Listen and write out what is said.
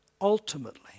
ultimately